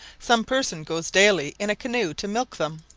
some person goes daily in a canoe to milk them.